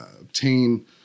obtain